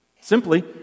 simply